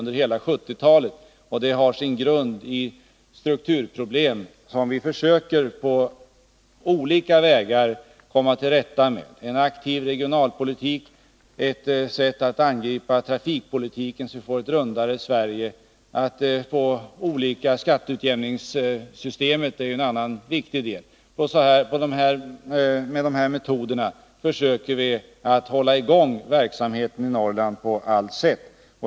Dessa problem har sin grund i strukturförändringar. Vi försöker på olika vägar komma till rätta med problemen. En aktiv regionalpolitik och en sådan inriktning av trafikpolitiken att vi får ett rundare Sverige är viktiga inslag. Skatteutjämningssystemet är en annan viktig del. Med de här metoderna försöker vi att hålla i gång verksamheten i Norrland på allt sätt.